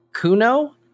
Kuno